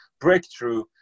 breakthrough